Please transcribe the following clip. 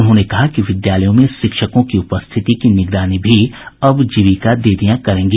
उन्होंने कहा कि विद्यालयों में शिक्षकों की उपस्थिति की निगरानी भी अब जीविका दीदियां करेंगी